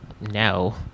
No